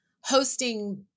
hosting